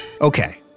Okay